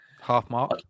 Half-mark